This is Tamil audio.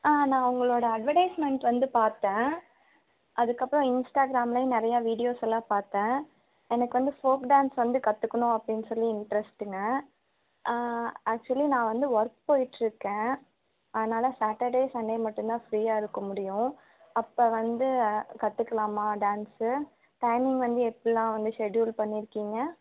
ஆ நான் உங்களோட அட்வர்டைஸ்மெண்ட் வந்து பார்த்தேன் அதற்கப்பறம் இன்ஸ்டாகிராம்லையும் நிறையா வீடியோஸ் எல்லாம் பார்த்தேன் எனக்கு வந்து ஃபோக் டான்ஸ் வந்து கற்றுக்குணும் அப்படின்னு சொல்லி இண்ட்ரெஸ்ட்டுங்க ஆ ஆக்ஷுவலி நான் வந்து ஒர்க் போய்ட்டுருக்கேன் அதனால் சாட்டர்டே சண்டே மட்டும்தான் ஃப்ரீயாக இருக்க முடியும் அப்போ வந்து அ கற்றுக்கலாமா டான்ஸு டைமிங் வந்து எப்பிடிலாம் வந்து ஷெடுல் பண்ணிருக்கீங்க